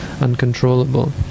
uncontrollable